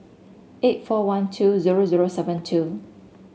eight four one two zero zero seven two